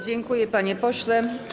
Dziękuję, panie pośle.